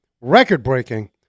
record-breaking